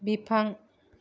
बिफां